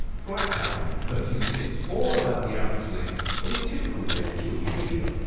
flight time thirteen minutes, or about the average length of your typical they will kill you video.